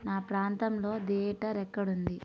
నా ప్రాంతంలో ధియేటర్ ఎక్కడ ఉంది